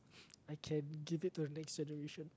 I can give it to the next generation